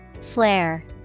Flare